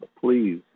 please